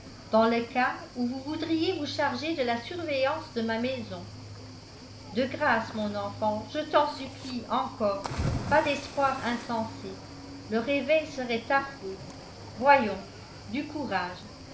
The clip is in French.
dans le cas où vous voudriez vous charger de la surveillance de ma maison de grâce mon enfant je t'en supplie encore pas d'espoir insensé le réveil serait affreux voyons du courage